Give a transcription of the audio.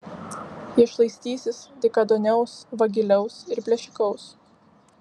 jie šlaistysis dykaduoniaus vagiliaus ir plėšikaus